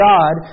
God